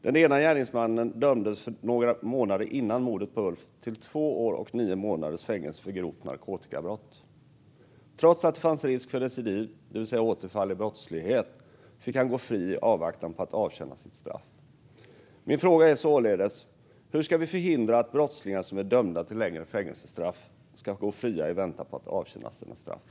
Den ena gärningsmannen dömdes några månader före mordet på Ulf till två år och nio månaders fängelse för grovt narkotikabrott. Trots att det fanns risk för recidiv, det vill säga återfall i brottslighet, fick han gå fri i avvaktan på att avtjäna sitt straff. Min fråga är således: Hur ska vi förhindra att brottslingar som är dömda till längre fängelsestraff går fria i väntan på att avtjäna sina straff?